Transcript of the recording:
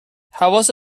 حواست